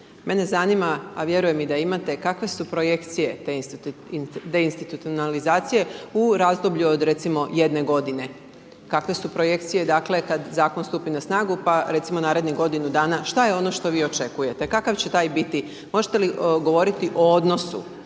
Mene zanima, a vjerujem da i mate, kakve su projekcije te deinstitucionalizacije u razdoblju recimo jedne g. Kakve su projekcije, dakle, kada zakon stupi na snagu, pa recimo narednih godinu dana. Što je ono što vi očekujete? Kakav će taj biti, možete li govoriti o odnosu